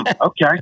Okay